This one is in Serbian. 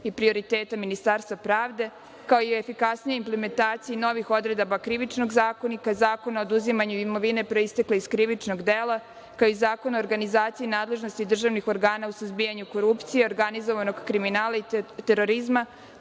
i prioriteta Ministarstva pravde, kao i efikasnijoj implementaciji novih odredaba Krivičnog zakonika, Zakona o oduzimanju imovine proistekle iz krivičnog dela, kao i Zakona o organizaciji i nadležnosti državnih organa u suzbijanju korupcije i organizovanog kriminala i terorizma,